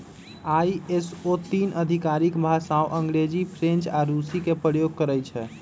ISO तीन आधिकारिक भाषामें अंग्रेजी, फ्रेंच आऽ रूसी के प्रयोग करइ छै